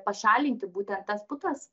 pašalinti būtent tas putas